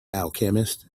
alchemist